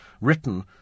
written